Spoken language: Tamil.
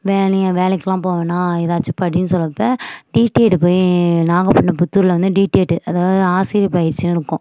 வேலையை வேலைக்கெல்லாம் போகவேணாம் எதாச்சும் படின்னு சொல்றப்போ டிடிஎட்டு போய் நாகப்பட்டினம் புத்தூரில் வந்து டிடிஎட்டு அதாவது ஆசிரியர் பயிற்சின்னு இருக்கும்